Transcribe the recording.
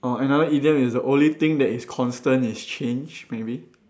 orh another idiom is the only thing that is constant is change maybe